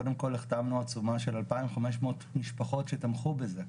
קודם כל החתמנו עצומה של 2,500 משפחות שתמכו בזה,